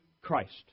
Christ